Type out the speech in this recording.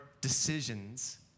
decisions